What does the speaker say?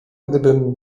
gdybym